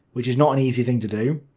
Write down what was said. which is not an easy thing to do.